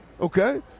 okay